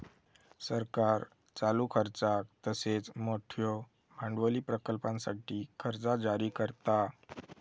सरकार चालू खर्चाक तसेच मोठयो भांडवली प्रकल्पांसाठी कर्जा जारी करता